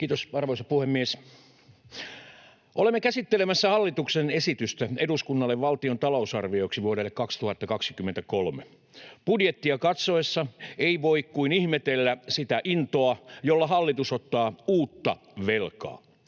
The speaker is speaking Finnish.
Kiitos, arvoisa puhemies! Olemme käsittelemässä hallituksen esitystä eduskunnalle valtion talousarvioksi vuodelle 2023. Budjettia katsoessa ei voi kuin ihmetellä sitä intoa, jolla hallitus ottaa uutta velkaa.